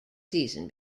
season